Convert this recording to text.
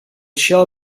shall